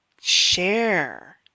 share